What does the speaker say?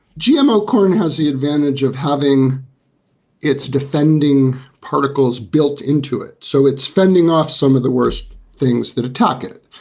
gmo corn has the advantage of having its defending particles built into it, so it's fending off some of the worst things that attack it.